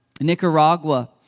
Nicaragua